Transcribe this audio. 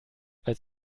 als